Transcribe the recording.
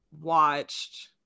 watched